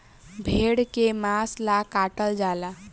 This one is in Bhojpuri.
भेड़ के मांस ला काटल जाला